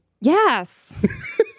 Yes